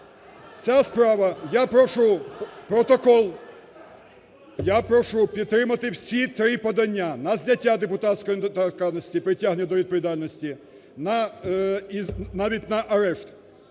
ця справа, я прошу, протокол… я прошу підтримати всі три подання, на знаття депутатської недоторканності, притягнення до відповідальності, навіть на арешт.